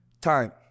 Time